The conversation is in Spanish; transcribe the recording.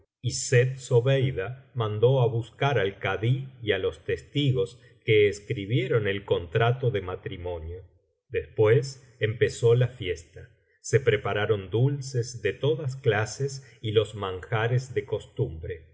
buscar al kadí y á los testigos que escribieron el contrato de matrimonio después empezó la fiesta se prepararon dulces de todas clases y los manjares de costumbre